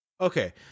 Okay